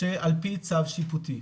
על פי צו שיפוטי,